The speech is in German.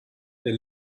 wer